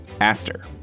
Aster